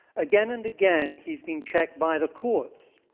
again, and again, he's been checked by the courts.